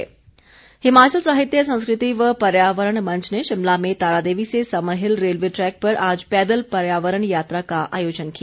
हिमालय मंच हिमालय साहित्य संस्कृति व पर्यावरण मंच ने शिमला में तारादेवी से समरहिल रेलवे ट्रैक पर आज पैदल पर्यावरण यात्रा का आयोजन किया